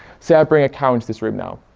say i bring a cow into this room now,